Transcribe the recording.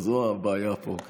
זו הבעיה פה.